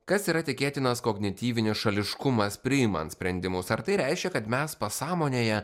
kas yra tikėtinas kognityvinis šališkumas priimant sprendimus ar tai reiškia kad mes pasąmonėje